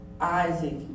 Isaac